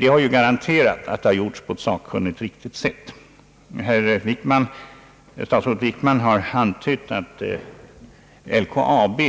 Det har ju garanterat att arbetet gjorts på ett sakkunnigt och riktigt sätt. Statsrådet Wickman har antytt att LKAB